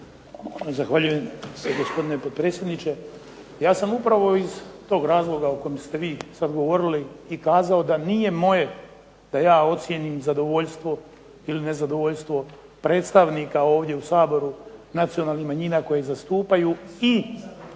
Zahvaljujem se gospodine potpredsjedniče. Ja sam upravo iz tog razloga o kojem ste sada vi govorili da nije moje da ja ocijenim zadovoljstvo ili ne zadovoljstvo predstavnika ovdje u Saboru nacionalnih manjina koje zastupaju i